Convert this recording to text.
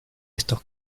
estos